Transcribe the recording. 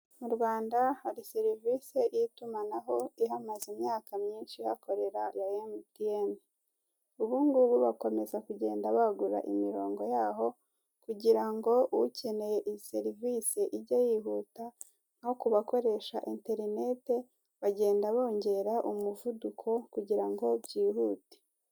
Mu Rwanda hari serivise y'itumanaho ihamaze imyaka myinshi ihakorera ya Mtn. Ubungubu bakomeza kugenda bagura imirongo yaho kugira ngo ukeneye iyi serivise ige yihuta no kubakoresha interineti bagenda bongera umuvuduko kugira ngo byihute.